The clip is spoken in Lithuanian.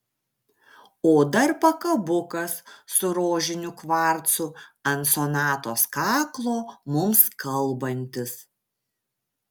o dar pakabukas su rožiniu kvarcu ant sonatos kaklo mums kalbantis